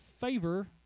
favor